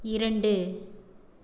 இரண்டு